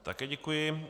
Také děkuji.